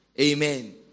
Amen